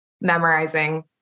memorizing